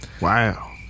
Wow